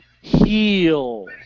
Heal